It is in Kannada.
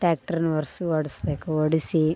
ಟ್ಯಾಟ್ರ್ನು ಒರೆಸಿ ಹೊಡ್ಸಿ ಹೊಡೆಸ್ಬೇಕು ಹೊಡಿಸಿ